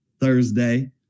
Thursday